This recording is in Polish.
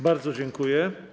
Bardzo dziękuję.